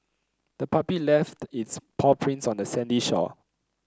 the puppy left its paw prints on the sandy shore